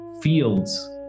fields